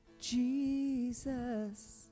Jesus